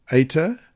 Ata